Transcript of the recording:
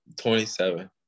27